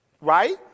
right